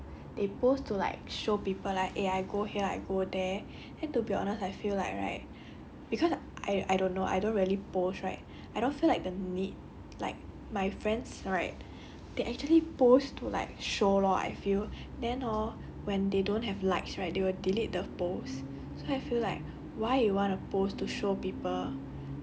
ya I feel like hor people who post on social media also they post to like show people like eh I go here I go there and to be honest I feel like right cause I I don't know I don't really post right I don't feel like the need like my friends right they actually post to like show lor I feel then hor when they don't have likes right they will delete the post